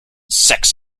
sex